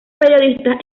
periodistas